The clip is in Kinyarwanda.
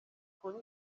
kuri